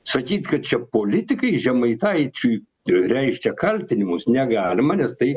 sakyt kad čia politikai žemaitaičiui reiškia kaltinimus negalima nes tai